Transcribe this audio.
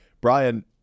Brian